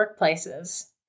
workplaces